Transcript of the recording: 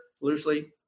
loosely